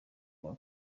kuwa